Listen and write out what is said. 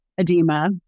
edema